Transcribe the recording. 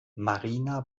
marina